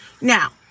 Now